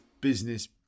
business